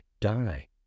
die